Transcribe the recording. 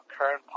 current